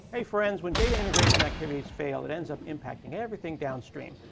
hey, friends. when data integration activities fail, that ends up impacting everything downstream.